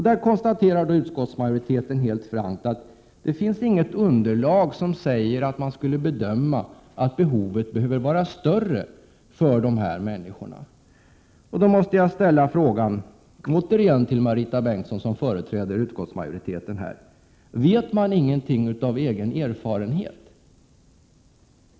Där konstaterar utskottsmajoriteten helt frankt att det inte finns något underlag som säger att behovet behöver vara större för de här människorna. Då måste jag återigen ställa frågan till Marita Bengtsson, som företräder utskottsmajoriteten: Vet man ingenting av egen erfarenhet?